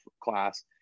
class